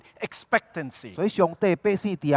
expectancy